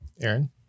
Aaron